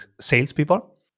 salespeople